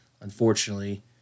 unfortunately